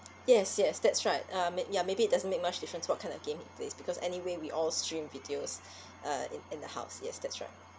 yes yes that's right um may~ ya maybe it doesn't make much difference what kind of game he plays because anyway we all stream videos uh in in the house yes that's right